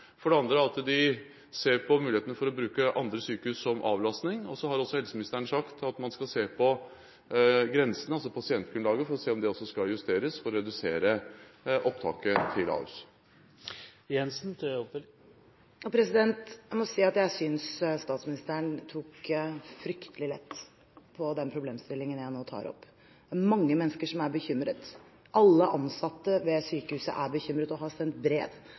for det andre at de ser på muligheten for å bruke andre sykehus som avlastning. Helseministeren har også sagt at man skal se på grensen, altså pasientgrunnlaget, for å se om det også skal justeres for å redusere opptaket til Ahus. Jeg må si jeg synes statsministeren tok fryktelig lett på den problemstillingen jeg nå tar opp. Det er mange mennesker som er bekymret. Alle ansatte ved sykehuset er bekymret og har sendt brev